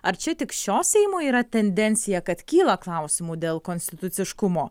ar čia tik šio seimo yra tendencija kad kyla klausimų dėl konstituciškumo